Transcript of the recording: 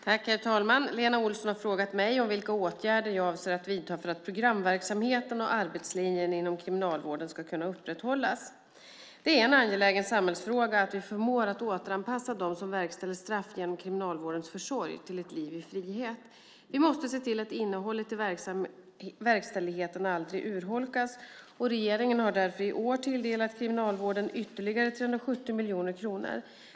Herr talman! Lena Olsson har frågat mig om vilka åtgärder jag avser att vidta för att programverksamheten och arbetslinjen inom kriminalvården ska kunna upprätthållas. Det är en angelägen samhällsfråga att vi förmår att återanpassa dem som verkställer straff genom kriminalvårdens försorg till ett liv i frihet. Vi måste se till att innehållet i verkställigheten aldrig urholkas. Regeringen har därför i år tilldelat kriminalvården ytterligare 370 miljoner kronor.